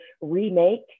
remake